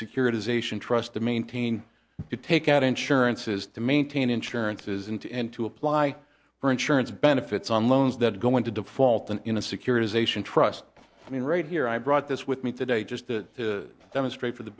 securitization trust to maintain it take out insurance is to maintain insurances and to and to apply for insurance benefits on loans that go into default and in a securitization trust i mean right here i brought this with me today just to demonstrate for the